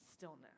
stillness